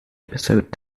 episode